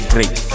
Great